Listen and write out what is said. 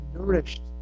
nourished